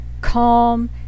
calm